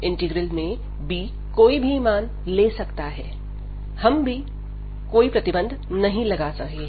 integral में b कोई भी मान ले सकता है हम भी पर कोई प्रतिबंध नहीं लगा रहे हैं